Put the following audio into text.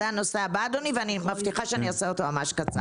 זה הנושא הבא, אדוני, ואני מבטיחה לדבר ממש בקצרה.